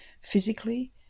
physically